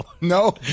No